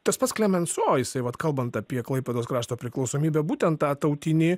tas pats klemenso jisai vat kalbant apie klaipėdos krašto priklausomybę būtent tą tautinį